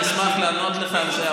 אני אשמח לענות לך על זה,